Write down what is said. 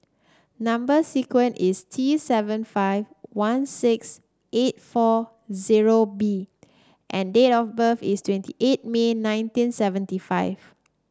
number sequence is T seven five one six eight four zero B and date of birth is twenty eight May nineteen seventy five